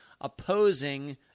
opposing